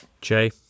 Jay